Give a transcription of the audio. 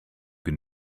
can